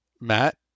matt